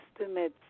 estimates